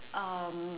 um